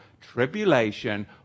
tribulation